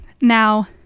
now